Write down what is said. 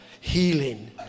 healing